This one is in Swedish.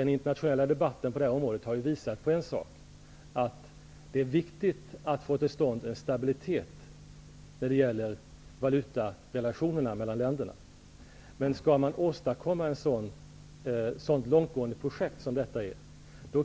Den internationella debatten på det här området har visat på en sak, att det är viktigt att få till stånd en stabilitet när det gäller valutarelationerna mellan länderna. Men skall man åstadkomma ett så långtgående projekt som detta är,